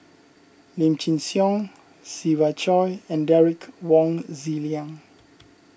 Lim Chin Siong Siva Choy and Derek Wong Zi Liang